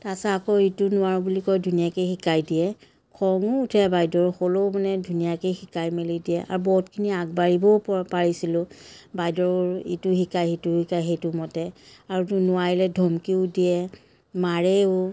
তাৰপিছত আকৌ এইটো নোৱাৰোঁ বুলি কয় ধুনীয়াকৈ শিকাই দিয়ে খঙো উঠে বাইদেউৰ হ'লেও মানে ধুনীয়াকৈ শিকাই মেলি দিয়ে আৰু বহুতখিনি আগবাঢ়িবও পাৰিছিলোঁ বাইদেউৰ ইটো শিকাই সিটো শিকাই সেইটো মতে আৰুতো নোৱাৰিলে ধমকিও দিয়ে মাৰেও